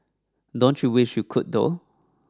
don't you wish you could though